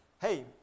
hey